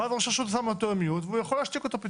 ראש רשות שם אותו על זום והוא יכול להשתיק אותו.